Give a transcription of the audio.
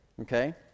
okay